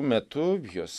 metu jos